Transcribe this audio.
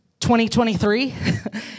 2023